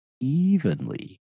evenly